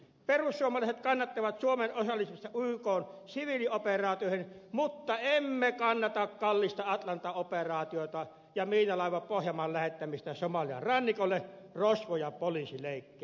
perussuomalaiset kannattavat suomen osallistumista ykn siviilioperaatioihin mutta emme kannata kallista atalanta operaatiota ja miinalaiva pohjanmaan lähettämistä somalian rannikolle rosvo ja poliisileikkeihin